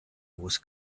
was